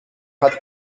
hat